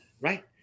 Right